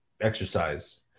exercise